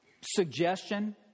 suggestion